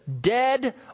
dead